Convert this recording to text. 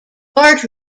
bart